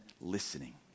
listening